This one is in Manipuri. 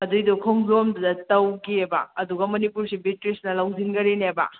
ꯑꯗꯨꯏꯗꯣ ꯈꯣꯡꯖꯣꯝꯗꯨꯗ ꯇꯧꯈꯤꯑꯕ ꯑꯗꯨꯒ ꯃꯅꯤꯄꯨꯔꯁꯦ ꯕ꯭ꯔꯤꯇꯤꯁꯅ ꯂꯧꯁꯤꯟꯈ꯭ꯔꯤꯅꯦꯕ